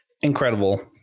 Incredible